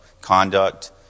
Conduct